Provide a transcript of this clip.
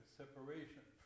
separation